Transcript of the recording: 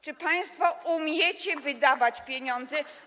Czy państwo umiecie wydawać pieniądze?